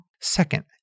Second